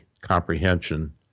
comprehension